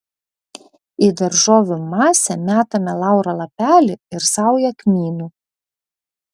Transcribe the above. į daržovių masę metame lauro lapelį ir saują kmynų